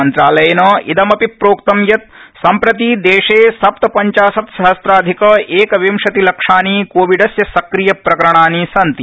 मंत्रालयेन इदमपि प्रोक्तं यत् सम्प्रति देशे सप्तपंचाशत्सहस्राधिक एकविंशतिलक्षानि कोविडस्य सक्रिय प्रकरणानि सन्ति